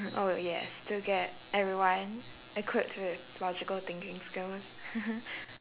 mm oh yes to get everyone equipped with logical thinking skills